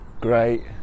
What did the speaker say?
great